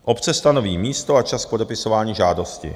Obce stanoví místo a čas k podepisování žádosti.